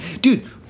Dude